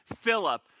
Philip